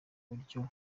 buryo